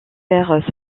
faire